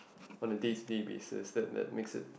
on a day to day basis then that makes it